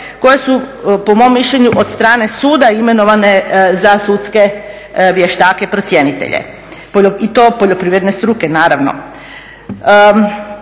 koje su po mom mišljenju od strane suda imenovane za sudske vještake i procjenitelje i to poljoprivredne struke naravno.